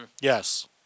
Yes